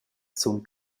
sun